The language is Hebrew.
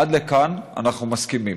עד לכאן אנחנו מסכימים.